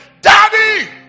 Daddy